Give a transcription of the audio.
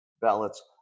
ballots